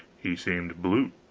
he seemed blue.